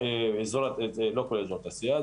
לא כולל אזור התעשייה,